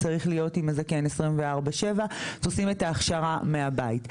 צריך להיות עם הזקן 24/7 אז עושים את ההכשרה מהבית.